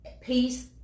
peace